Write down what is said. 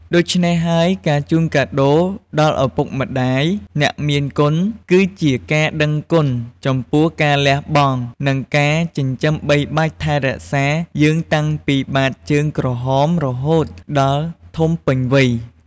ដូច្នេះហើយ ការជូនកាដូរដល់ឪពុកម្តាយ (អ្នកមានគុណ) គឺជាការដឹងគុណចំពោះការលះបង់ និងការចិញ្ចឹមបីបាច់ថែរក្សាយើងតាំងពីបាតជើងក្រហមរហូតដល់ធំពេញវ័យ។